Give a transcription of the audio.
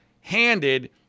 handed